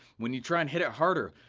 when you try and hit it harder,